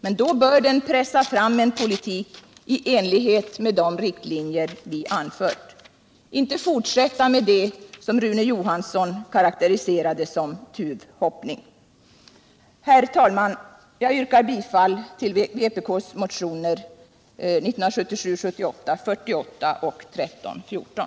Men då bör den pressa fram en politik i enlighet med de riktlinjer vi anfört, inte fortsätta med det som Rune Johansson karakteriserade som tuvhoppning. Herr talman! Jag yrkar bifall till vpk:s motioner 1977/78:48 och 1314.